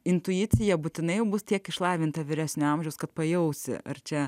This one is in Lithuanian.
intuicija būtinai bus tiek išlavinta vyresnio amžiaus kad pajausi ar čia